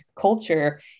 culture